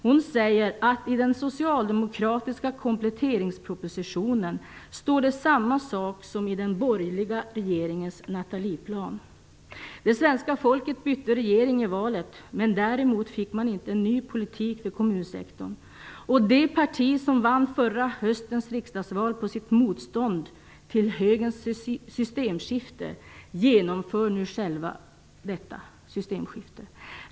Hon säger att i den socialdemokratiska kompletteringspropositionen står det samma sak som i den borgerliga regeringens Natalieplan. Det svenska folket bytte regering i valet. men man fick inte en ny politiik för kommunsektorn. Det parti som vann förra höstens riksdagsval på sitt motstånd till högerns systemskifte genomför nu självt detta systemskifte.